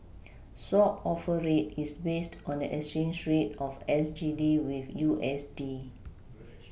swap offer rate is based on the exchange rate of S G D with U S D